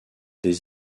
des